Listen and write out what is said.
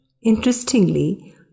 Interestingly